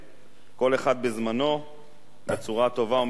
כל אחד בזמנו, בצורה טובה ומכובדת.